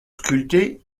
sculpté